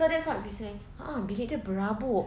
so that's what been saying a'ah bilik dia berabuk